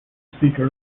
speaker